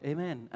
Amen